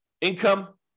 Income